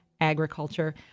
agriculture